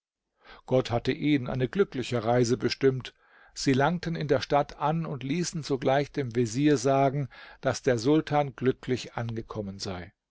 gott hatte ihnen eine glückliche reise bestimmt sie langten in der stadt an und ließen sogleich dem vezier sagen daß der sultan glücklich angekommen sei